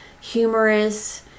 humorous